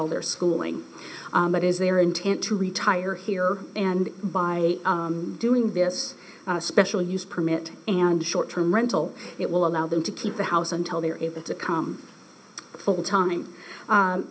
all their schooling but is their intent to retire here and by doing this special use permit and a short term rental it will allow them to keep the house until they are able to come full time